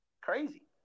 Crazy